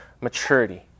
maturity